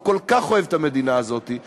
הוא כל כך אוהב את המדינה הזאת,